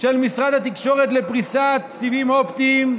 של משרד התקשורת לפריסת סיבים אופטיים,